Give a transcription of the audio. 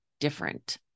different